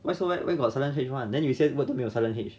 why so leh where got silent h one then 有一些 word 都没有 silent H